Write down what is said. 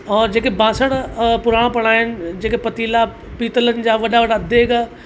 और जेके बासण पुराणा पड़ा आहिनि जेके पतीला पीतलनि जा वॾा वॾा देॻ